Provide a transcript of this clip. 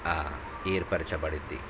ఏర్పరచబడిద్ది